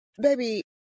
Baby